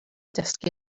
dysgu